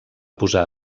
posar